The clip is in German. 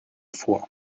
vor